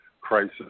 crisis